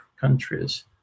countries